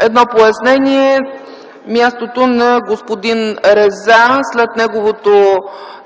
Едно пояснение – мястото на господин Риза след неговото